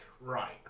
right